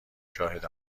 شاهد